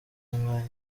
umwanya